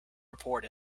report